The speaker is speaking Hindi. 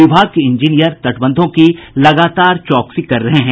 विभाग के इंजीनियर तटबंधों की लगातार चौकसी कर रहे हैं